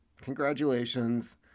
Congratulations